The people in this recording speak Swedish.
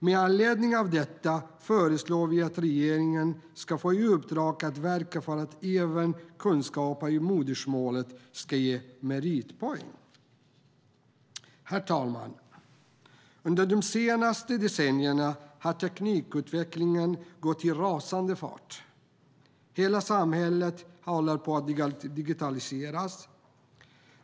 Med anledning av detta föreslår vi att regeringen ska få i uppdrag att verka för att även kunskaper i modersmålet ska ge meritpoäng. Herr talman! Under de senaste decennierna har teknikutvecklingen gått i rasande fart. Hela samhället håller på att digitaliseras.